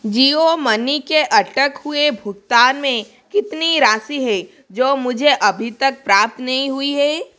जियो money के अटके हुए भुगतान में कितनी राशि है जो मुझे अभी तक प्राप्त नहीं हुई है